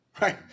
Right